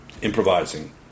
Improvising